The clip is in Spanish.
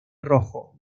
rojo